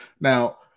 Now